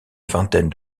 vingtaine